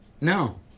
No